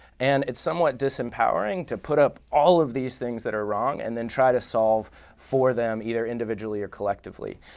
and it's somewhat disempowering to put up all of these things that are wrong and then try to solve for them either individually or collectively.